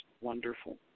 wonderful